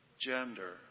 gender